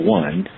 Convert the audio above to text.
one